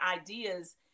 ideas